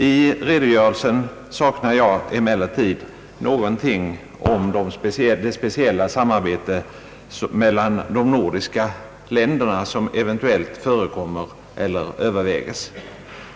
I redogörelsen saknar jag emellertid någonting om det speciella samarbete mellan de nordiska länderna som eventuellt förekommer eller överväges.